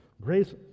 Grace